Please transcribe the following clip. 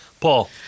Paul